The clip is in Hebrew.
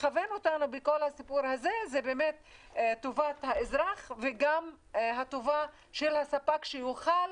לכוון אותנו בכל הסיפור הזה זה באמת טובת האזרח וגם הטובה של הספק שיוכל